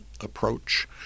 approach